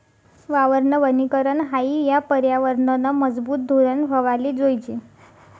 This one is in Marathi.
वावरनं वनीकरन हायी या परयावरनंनं मजबूत धोरन व्हवाले जोयजे